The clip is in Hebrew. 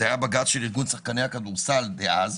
זה היה בג"ץ של ארגון צרכני הכדורסל דאז,